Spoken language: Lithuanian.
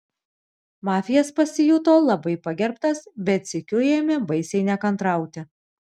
mafijas pasijuto labai pagerbtas bet sykiu ėmė baisiai nekantrauti